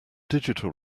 digital